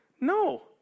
no